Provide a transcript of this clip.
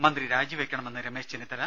മന്ത്രി രാജിവെക്കണമെന്ന് രമേശ് ചെന്നിത്തല